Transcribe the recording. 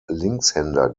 linkshänder